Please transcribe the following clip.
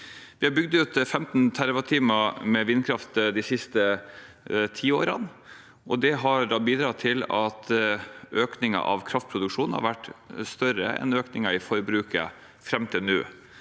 Vi har bygd ut 15 TWh med vindkraft de siste ti årene. Det har bidratt til at økningen av kraftproduksjonen har vært større enn økningen i forbruket fram til nå.